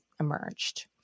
emerged